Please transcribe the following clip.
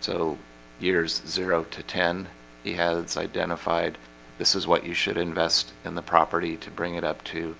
so years zero to ten he has identified this is what you should invest in the property to bring it up to